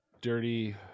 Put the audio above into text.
dirty